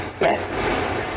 Yes